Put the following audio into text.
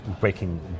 breaking